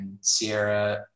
Sierra